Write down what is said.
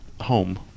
Home